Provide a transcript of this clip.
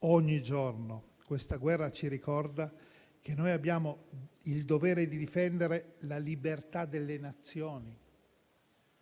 ogni giorno questa guerra ci ricorda che noi abbiamo il dovere di difendere la libertà delle Nazioni